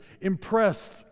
impressed